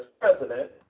president